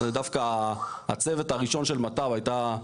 דווקא הצוות הראשון של מטב הייתה,